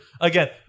again